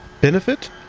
benefit